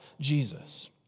Jesus